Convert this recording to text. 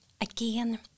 again